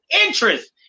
interest